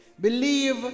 Believe